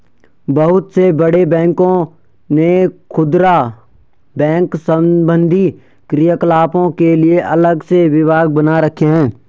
बहुत से बड़े बैंकों ने खुदरा बैंक संबंधी क्रियाकलापों के लिए अलग से विभाग बना रखे हैं